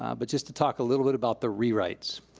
ah but just to talk a little bit about the rewrites.